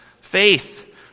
Faith